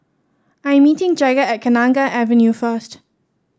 I'm meeting Jagger at Kenanga Avenue first